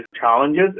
challenges